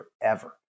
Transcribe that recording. forever